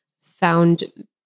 found